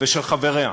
ושל חבריה,